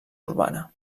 urbana